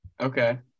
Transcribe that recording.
Okay